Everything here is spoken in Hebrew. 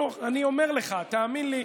אני אומר לך, תאמין לי,